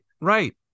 right